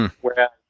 Whereas